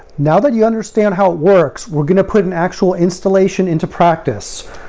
now that you understand how it works, we're going to put an actual installation into practice.